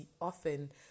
often